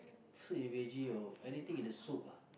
fruit and veggie anything in the soup ah